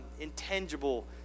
intangible